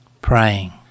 praying